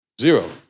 Zero